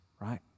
right